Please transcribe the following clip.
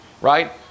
right